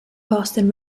boston